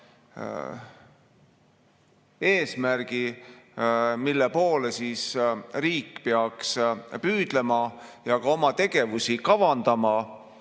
eesmärgi, mille poole riik peaks püüdlema ja oma tegevusi kavandama.